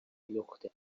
لخته